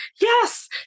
yes